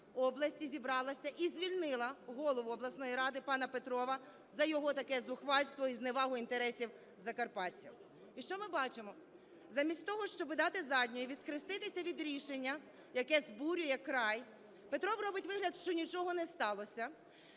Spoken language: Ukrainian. області, зібралася і звільнила голову обласної ради пана Петрова за його таке зухвальство і зневагу інтересів закарпатців. І що ми бачимо? Замість того, щоб дати задню і відхреститися від рішення, яке збурює край, Петров робить вигляд, що нічого не сталося,